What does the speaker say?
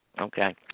Okay